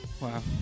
Wow